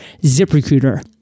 ZipRecruiter